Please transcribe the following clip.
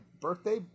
birthday